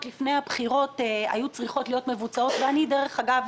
שנאמרו לפני הבחירות והיו צריכות להיות מבוצעות ודרך אגב,